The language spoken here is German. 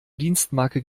dienstmarke